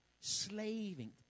Slaving